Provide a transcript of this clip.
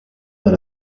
dans